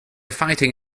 fighting